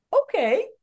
Okay